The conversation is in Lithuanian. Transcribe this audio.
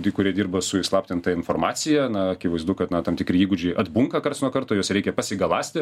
tie kurie dirba su įslaptinta informacija na akivaizdu kad na tam tikri įgūdžiai atbunka karts nuo karto juos reikia pasigaląsti